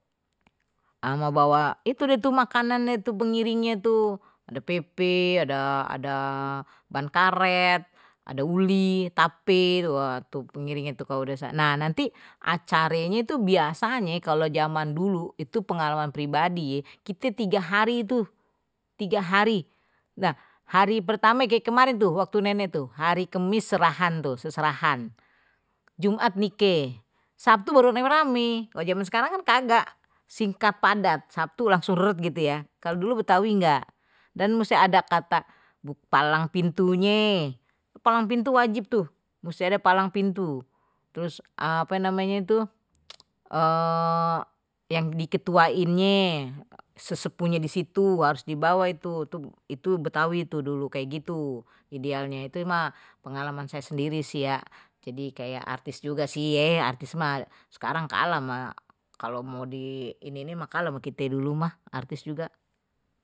Ama bawa itu dia itu makanannya itu pengiringnya tuh ada pepe, ada ada ban karet ada uli tape, pengiringnye tuh, nanti acarenye itu biasanye, kalo zaman dulu itu pengalaman pribadi ye kite tiga hari itu tiga hari, udah hari pertama kayak kemarin tuh waktu nenek tuh hari kemis serahan tuh seserahan jumat nike sabtu rame rame, zaman sekarang kan kagak singkat padat, sabtu langsung gitu ya kalau dulu betawi nggak dan masih ada kata palang pintunye palang pintu wajib tuh masih ada palang pintu terus apa namanya itu yang diketuainnye sesepuhnya di situ harus dibawa itu itu betawi itu dulu kayak gitu idealnya itu mah pengalaman saya sendiri sih ya jadi kayak artis juga sih artis sekarang kalah sama kalau mau di ini nih makalah begitu di rumah artis juga.